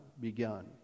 begun